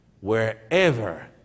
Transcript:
Wherever